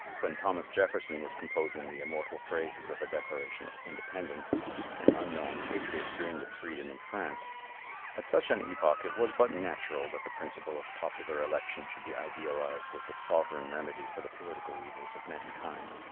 when thomas jefferson was composing the immortal phrases of the declaration of independence and unknown patriots dreamed of freedom in france at such an epoch it was but natural that the principle of popular election should be idealized as the sovereign remedy for the political evils of mankind.